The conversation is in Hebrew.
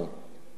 מאיפה הוא?